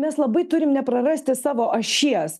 mes labai turim neprarasti savo ašies